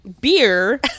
beer